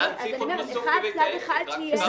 אז צריך עוד מסוף כדי לתאם את זה.